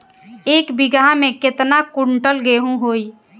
एक बीगहा में केतना कुंटल गेहूं होई?